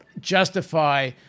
justify